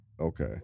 okay